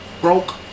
broke